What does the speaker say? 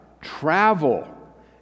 travel